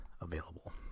available